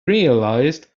realized